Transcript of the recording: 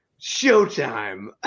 Showtime